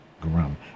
Grum